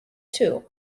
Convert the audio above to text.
two